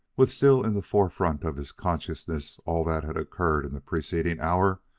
with still in the forefront of his consciousness all that had occurred in the preceding hour,